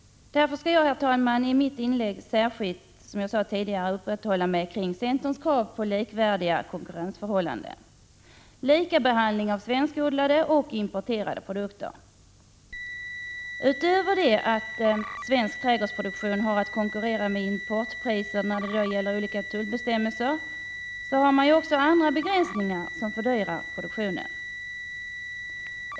Därför skall jag, herr talman, som jag sade tidigare, särskilt uppehålla mig vid centerns krav på likvärdiga konkurrensförhållanden, lika behandling av svenskodlade och importerade produkter. Utöver det förhållandet att svensk trädgårdsproduktion har att konkurrera med importpriser när det gäller olika tullbestämmelser finns det andra begränsningar som fördyrar produktionen.